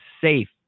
safe